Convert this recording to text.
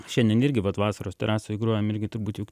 šiandien irgi vat vasaros terasoj grojam irgi turbūt jau